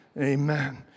Amen